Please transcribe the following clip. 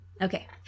Okay